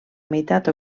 meitat